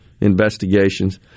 investigations